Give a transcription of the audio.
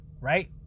Right